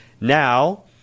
Now